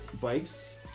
bikes